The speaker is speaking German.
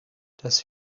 das